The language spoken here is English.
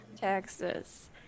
Texas